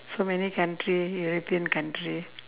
so many country European country